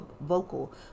vocal